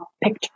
picture